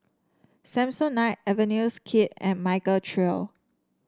Samsonite Avenues Kid and Michael Trio